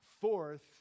Fourth